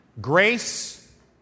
grace